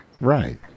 right